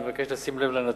אני מבקש לשים לב לנתון,